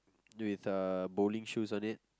with a bowling shoes on it